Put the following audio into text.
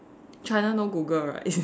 China no Google right is it